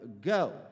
go